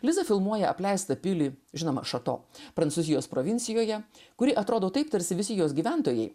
liza filmuoja apleistą pilį žinomą šato prancūzijos provincijoje kuri atrodo taip tarsi visi jos gyventojai